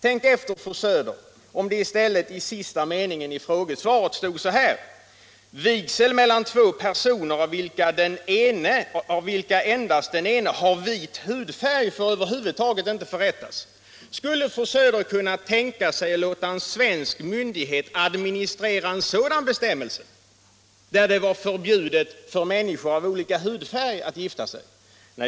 Tänk efter fru Söder. Antag att det i sista meningen i frågesvaret hade stått: Vigsel mellan två personer av vilka endast den ene har vit hudfärg får över huvud taget inte förrättas. Skulle fru Söder kunna tänka sig att låta en svensk myndighet administrera en sådan bestämmelse, som innebar att det var förbjudet för människor av olika hudfärg att gifta sig?